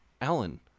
Alan